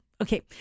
okay